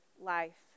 life